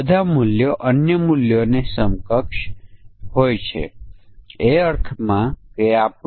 આ દરેક દૃશ્ય એક સમકક્ષતા વર્ગ બની જાય છે